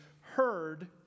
heard